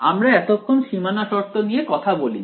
আমরা এতক্ষন সীমানা শর্ত নিয়ে কথা বলিনি